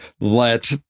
let